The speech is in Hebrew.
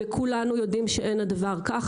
וכולנו יודעים שאין הדבר כך,